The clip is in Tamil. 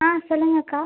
ஆ சொல்லுங்கக்கா